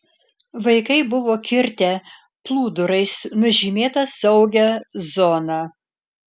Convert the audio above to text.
vaikai buvo kirtę plūdurais nužymėta saugią zoną